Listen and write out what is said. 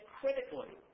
critically